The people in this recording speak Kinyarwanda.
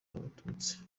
b’abatutsi